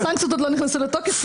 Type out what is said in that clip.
הסנקציות עוד לא נכנסו לתוקף,